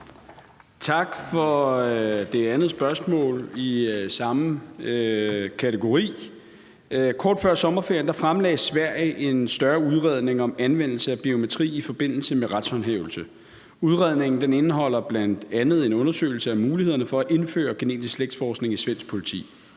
Tak for det andet spørgsmål i samme kategori. Kort før sommerferien fremlagde Sverige en større udredning om anvendelse af biometri i forbindelse med retshåndhævelse. Udredningen indeholder bl.a. en undersøgelse af mulighederne for at indføre genetisk slægtsforskning i svensk politi.